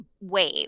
wave